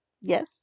Yes